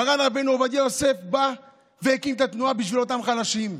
מרן רבנו עובדיה יוסף הקים את התנועה בשביל אותם חלשים.